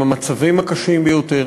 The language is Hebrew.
עם המצבים הקשים ביותר.